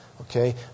Okay